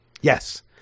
Yes